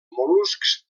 mol·luscs